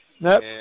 Nope